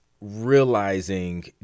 realizing